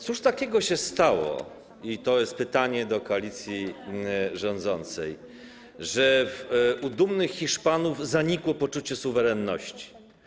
Cóż takiego się stało - to jest pytanie do koalicji rządzącej - że u dumnych Hiszpanów zanikło poczucie suwerenności?